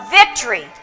victory